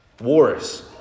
wars